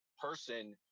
person